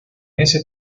ese